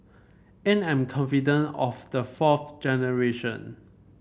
and I'm confident of the fourth generation